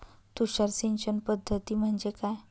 तुषार सिंचन पद्धती म्हणजे काय?